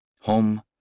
Home